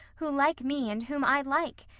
who like me and whom i like,